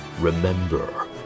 remember